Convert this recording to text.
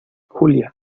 julia